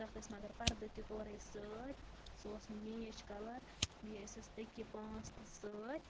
تَتھ ٲسۍ مَگَر پَردٕ تہِ تورے سۭتۍ سُہ اوس میچ کَلَر بیٚیہِ ٲسِس تکیہِ پانٛژھ تہِ سۭتۍ